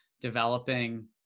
developing